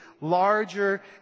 larger